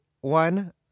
one